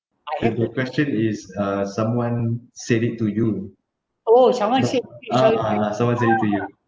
have a question is uh someone said it to you oh someone said ah ah someone said it to you